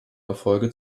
erfolge